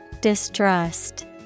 Distrust